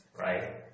right